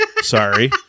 Sorry